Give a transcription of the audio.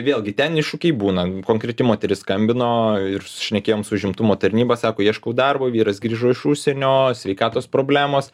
vėlgi ten iššūkiai būna konkreti moteris skambino ir šnekėjom su užimtumo tarnyba sako ieškau darbo vyras grįžo iš užsienio sveikatos problemos